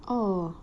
oh